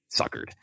suckered